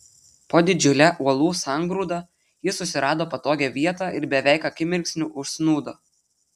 po didžiule uolų sangrūda jis susirado patogią vietą ir beveik akimirksniu užsnūdo